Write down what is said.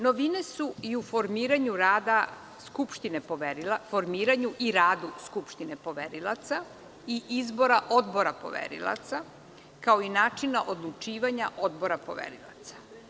Novine su u formiranju i radu Skupštine poverilaca i izbora Odbora poverilaca, kao i načina odlučivanja Odbora poverilaca.